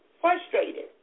frustrated